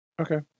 Okay